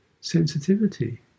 sensitivity